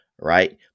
right